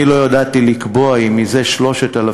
אני לא ידעתי לקבוע אם זה 3,000,